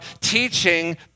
teaching